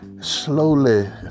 slowly